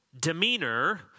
demeanor